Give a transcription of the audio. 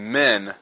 men